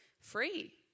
free